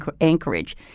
anchorage